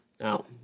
Now